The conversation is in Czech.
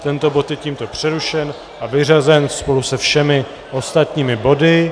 Tento bod je tímto přerušen a vyřazen spolu se všemi ostatními body.